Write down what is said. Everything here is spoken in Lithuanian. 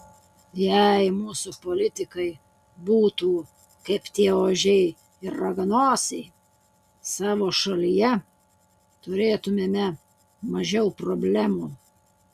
jei mūsų politikai būtų kaip tie ožiai ir raganosiai savo šalyje turėtumėme mažiau problemų